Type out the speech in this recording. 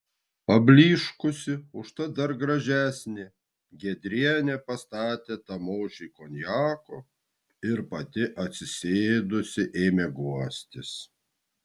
pablyškusi užtat dar gražesnė giedrienė pastatė tamošiui konjako ir pati atsisėdusi ėmė guostis